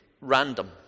random